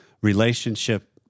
relationship